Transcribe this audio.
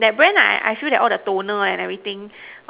that brand lah I I feel that all the toner and everything